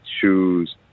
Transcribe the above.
shoes